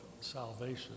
salvation